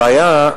הבעיה,